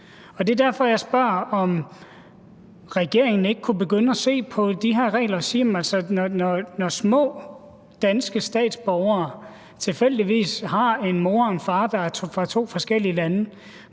Det er derfor, jeg spørger, om regeringen ikke kunne begynde at se på de her regler og se på, at når små, danske statsborgere tilfældigvis har en mor og en far, der er fra to forskellige lande,